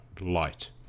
light